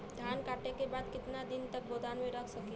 धान कांटेके बाद कितना दिन तक गोदाम में रख सकीला?